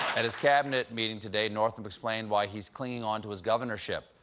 at his cabinet meeting today, northam explained why he's clinging onto his governorship,